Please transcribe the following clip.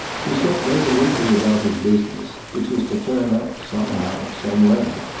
he set resolutely about his business, which was to turn up, somehow, some way,